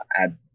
add